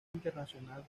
internacional